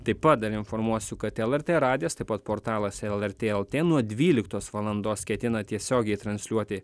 taip pat dar informuosiu kad lrt radijas taip pat portalas lrt lt nuo dvyliktos valandos ketina tiesiogiai transliuoti